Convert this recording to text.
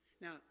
Now